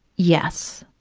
yes,